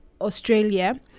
Australia